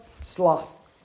sloth